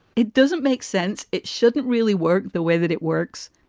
it doesn't make sense. it shouldn't really work the way that it works.